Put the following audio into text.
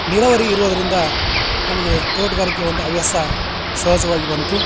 ನೀರಾವರಿ ಇರ್ವದ್ರಿಂದ ನಮಗೆ ತೋಟಗಾರಿಕೆ ಒಂದು ಹವ್ಯಾಸ ಸಹಜವಾಗಿ ಬಂತು